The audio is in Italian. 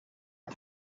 cup